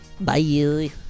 Bye